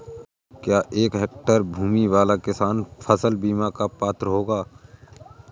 क्या एक हेक्टेयर भूमि वाला किसान फसल बीमा का पात्र होगा?